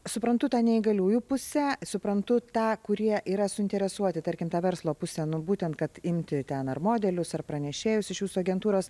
suprantu tą neįgaliųjų pusę suprantu tą kurie yra suinteresuoti tarkim tą verslo pusę būtent kad imti ten ar modelius ar pranešėjus iš jūsų agentūros